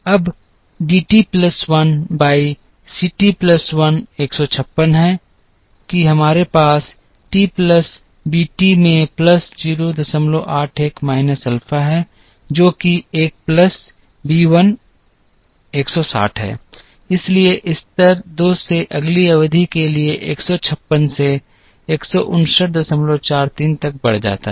अब d t plus 1 by c t plus 1 156 है कि हमारे पास t प्लस b t में प्लस 081 माइनस अल्फा है जो कि 1 प्लस b 1 160 है इसलिए स्तर 2 से अगली अवधि के लिए 156 से 15943 तक बढ़ जाता है